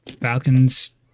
Falcons